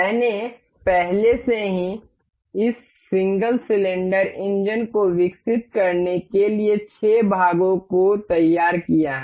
मैंने पहले से ही इस सिंगल सिलेंडर इंजन को विकसित करने के लिए 6 भागों को तैयार किया है